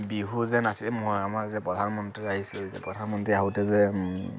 বিহু যে নাচে মই আমাৰ যে প্ৰধানমন্ত্ৰী আহিছিল যে প্ৰধানমন্ত্ৰী আহোঁতে যে